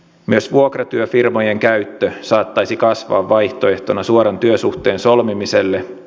myös vuokratyöfirmojen käyttö saattaisi kasvaa vaihtoehtona suoran työsuhteen solmimiselle